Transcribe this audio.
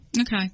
Okay